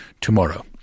tomorrow